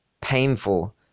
painful